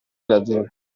leggere